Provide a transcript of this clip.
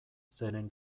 zeren